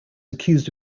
accused